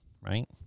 right